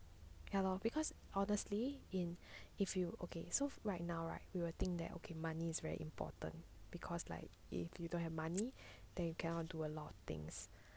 ya lor because honestly in if you okay so right now right we will think that okay money is very important because like if you don't have money then you cannot do a lot of things